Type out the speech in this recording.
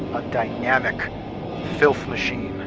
a dynamic filth machine